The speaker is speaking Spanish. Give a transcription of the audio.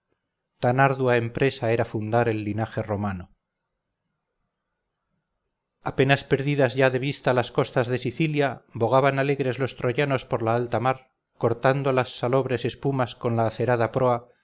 tan ardua empresa era fundar el linaje romano apenas perdidas ya de vista las costas de sicilia bogaban alegres los troyanos por la alta mar cortando las salobres espumas con la acerada proa